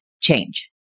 change